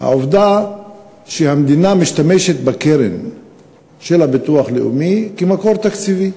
העובדה שהמדינה משתמשת בקרן של הביטוח הלאומי כמקור תקציבי,